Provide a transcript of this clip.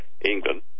England